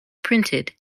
printed